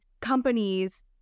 companies